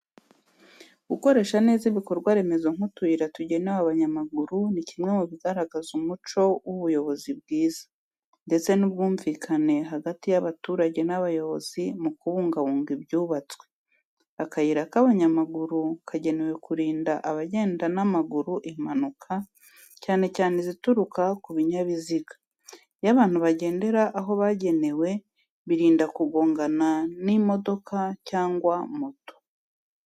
Gukoresha neza ibikorwa remezo nk’utuyira tugenewe abanyamaguru ni kimwe mu bigaragaza umuco w’ubuyobozi bwiza, ndetse n’ubwumvikane hagati y’abaturage n’abayobozi mu kubungabunga ibyubatswe. Akayira k'abanyamaguru kagenewe kurinda abagenda n’amaguru impanuka, cyane cyane izituruka ku binyabiziga. Iyo abantu bagendera aho bagenewe, birinda kugongana n’imodoka cyangwa moto.